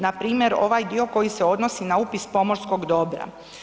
Npr. ovaj dio koji se odnosi na upis pomorskog dobra.